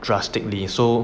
drastically so